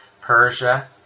Persia